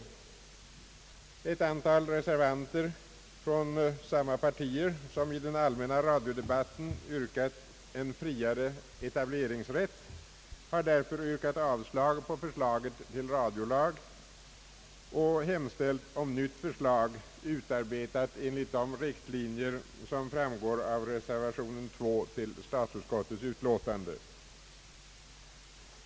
Ett antal reservanter från samma partier som i den allmänna radiodebatten yrkat en friare etableringsrätt har därför yrkat avslag på förslaget till radiolag och hemställt om nytt förslag, utarbetat enligt de riktlinjer som framgår av reser vation 2 till statsutskottets utlåtande.